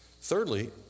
Thirdly